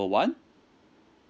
one